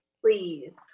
Please